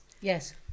yes